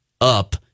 up